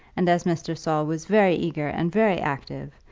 and as mr. saul was very eager and very active,